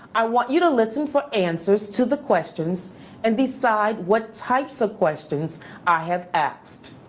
i want you to listen for answers to the questions and decide what types of questions i have asked.